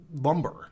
lumber